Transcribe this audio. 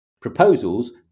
Proposals